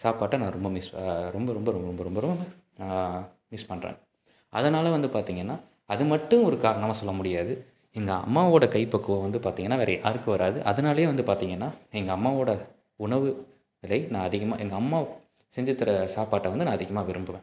சாப்பாட்டை நான் ரொம்ப மிஸ் ரொம்ப ரொம்ப ரொம்ப ரொம்ப ரொம்ப ரொம்ப மிஸ் பண்ணுறேன் அதனால் வந்து பார்த்திங்கன்னா அது மட்டும் ஒரு காரணமாக சொல்லமுடியாது எங்கள் அம்மாவோடய கைப்பக்குவம் வந்து பார்த்திங்கன்னா வேறே யாருக்கும் வராது அதனாலையே வந்து பார்த்திங்கன்னா எங்கள் அம்மாவோடய உணவுகளை நான் அதிகமாக எங்கள் அம்மா செஞ்சு தர்ற சாப்பாட்டை வந்து நான் அதிகமாக விரும்புவேன்